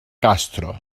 castro